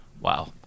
Wow